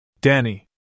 Danny